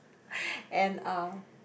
and a